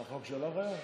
זה חוק שלך, היה?